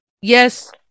yes